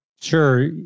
Sure